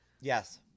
yes